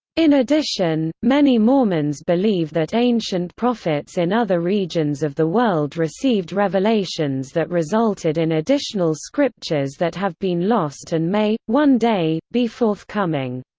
in addition, many mormons believe that ancient prophets in other regions of the world received revelations that resulted in additional scriptures that have been lost and may, one day, be forthcoming.